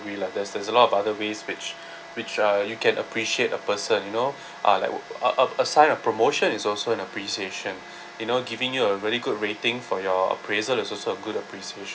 there's there's a lot of other ways which which uh you can appreciate a person you know uh that would a a a sign of promotion is also an appreciation you know giving you a very good rating for your appraisal is also good appreciation